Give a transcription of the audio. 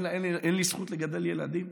אין לי זכות לגדל ילדים?